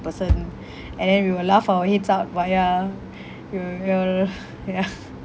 person and then we will laugh our heads out via ya